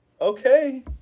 Okay